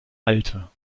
alte